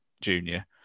Junior